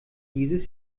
dieses